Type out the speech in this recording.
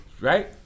Right